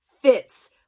fits